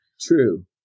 True